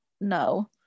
no